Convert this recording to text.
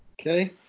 Okay